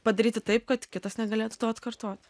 padaryti taip kad kitas negalėtų to atkartot